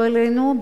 לא עלינו,